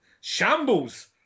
shambles